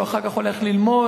שהוא אחר כך הולך ללמוד,